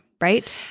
right